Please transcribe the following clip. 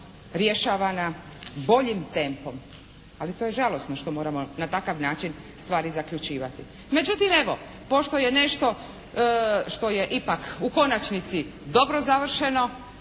rješavana boljim tempom. Ali, to je žalosno što moramo na takav način stvari zaključivati. Međutim evo, pošto je nešto što je ipak u konačnici dobro završeno,